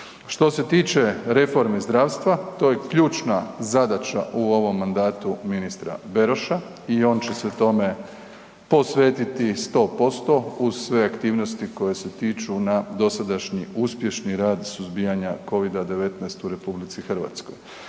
Što se tiče reforme zdravstva, to je ključna zadaća u ovom mandatu ministra Beroša i on će se tome posvetiti 100% uz sve aktivnosti koje se tiču na dosadašnji uspješni rad suzbijanja COVID-a 19 u RH.